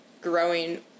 growing